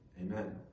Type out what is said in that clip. Amen